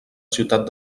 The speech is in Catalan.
ciutat